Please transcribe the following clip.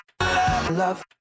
Love